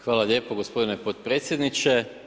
Hvala lijepo gospodine potpredsjedniče.